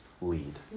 lead